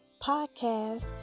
podcast